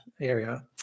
area